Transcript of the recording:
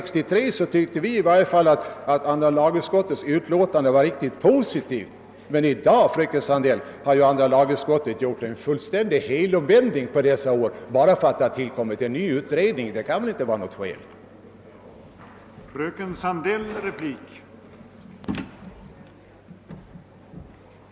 Vi tyckte att andra lagutskottets utlåtande 1963 var riktigt positivt, men i dag, fröken Sandell, har andra lagutskottet gjort en fullständig helomvändning bara därför att det nyligen tillsatts en utredning. Detta kan ju inte vara något skäl för utskottets negativa inställning.